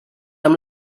amb